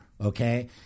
okay